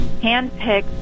handpicked